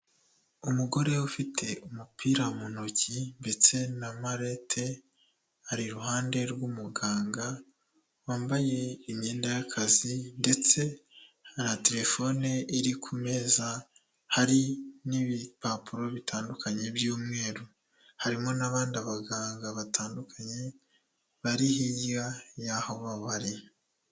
Umugore ufite umupira mu ntoki ndetse na marete, ari iruhande rw'umuganga wambaye imyenda y'akazi ndetse na telefone iri ku meza, hari n'ibipapuro bitandukanye by'umweru, harimo n'abandi baganga batandukanye bari hirya y'aho bo bariri.